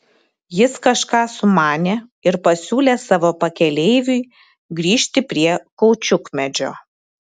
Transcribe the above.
jis kažką sumanė ir pasiūlė savo pakeleiviui grįžti prie kaučiukmedžio